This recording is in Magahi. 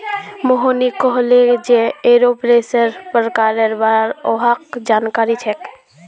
मोहिनी कहले जे एरोपोनिक्सेर प्रकारेर बार वहाक जानकारी छेक